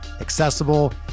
accessible